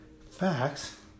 facts